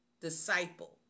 disciple